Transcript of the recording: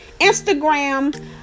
instagram